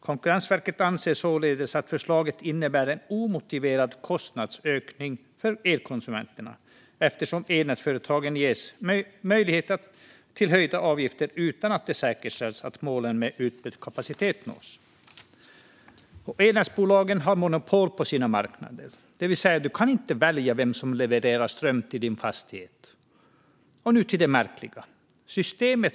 Konkurrensverket anser att förslaget innebär en omotiverad kostnadsökning för elkonsumenterna eftersom elnätsföretagen ges möjlighet till höjda avgifter utan att det säkerställs att målet med utbyggd kapacitet nås. Elnätsbolagen har monopol på sina marknader. Man kan med andra ord inte välja vem som levererar ström till ens fastighet. Och nu till det märkliga.